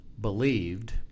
believed